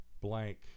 blank